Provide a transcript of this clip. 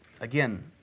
Again